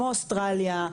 כמו אוסטרליה,